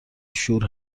شور